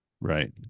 right